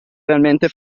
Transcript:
realmente